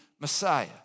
Messiah